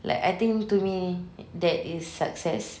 like I think to me that is success